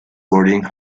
boarding